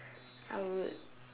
I would